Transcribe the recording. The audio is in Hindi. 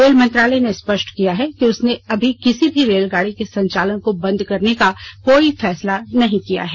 रेल मंत्रालय ने स्पष्ट किया है कि उसने अभी किसी भी रेलगाड़ी के संचालन को बंद करने का कोई फैसला नहीं किया है